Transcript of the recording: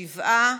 שבעה.